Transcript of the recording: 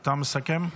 אתה מסכם?